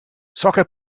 soccer